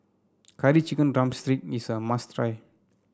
Curry Chicken drumstick is a must try